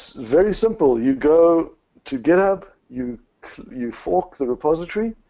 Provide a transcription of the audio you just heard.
very simple. you go to github. you you fork the repository.